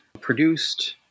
produced